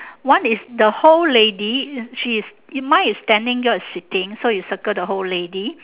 one is the whole lady she is mine is standing yours is sitting so you circle the whole lady